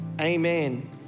Amen